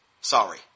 Sorry